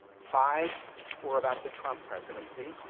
five are about the trump presidency,